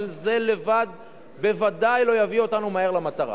אבל זה לבד בוודאי לא יביא אותנו מהר למטרה.